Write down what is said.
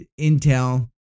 Intel